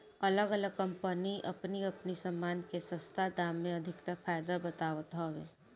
अलग अलग कम्पनी अपनी अपनी सामान के सस्ता दाम में अधिका फायदा बतावत हवे